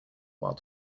while